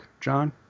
John